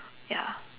ya